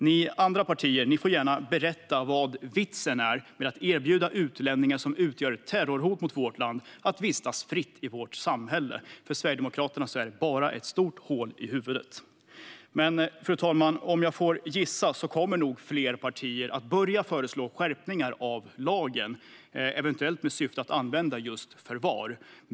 De andra partierna får gärna berätta vad vitsen är med att erbjuda utlänningar som utgör ett terrorhot mot vårt land att vistas fritt i vårt samhälle. För Sverigedemokraterna är det bara ett stort hål i huvudet. Fru talman! Om jag får gissa kommer nog fler partier att börja föreslå skärpningar av lagen, eventuellt med syfte att använda just förvar.